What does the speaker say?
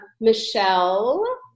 Michelle